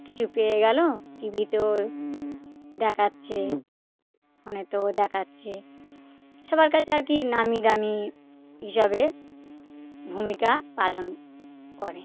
কিছু পেয়ে গেলো টিভিতেও দেখাচ্ছে ফোনেতেও দেখাচ্ছে সবার কাছে আর কি নামি দামি হিসাবে ভূমিকা পালন করে